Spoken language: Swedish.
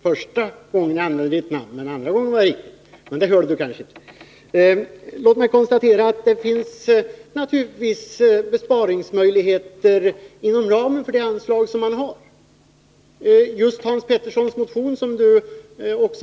Just motionen av Hans Pettersson i Helsingborg, som Egon Jacobsson har